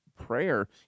prayer